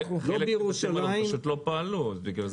חלק מבתי המלון פשוט לא פעלו.